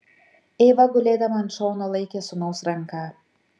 eiva gulėdama ant šono laikė sūnaus ranką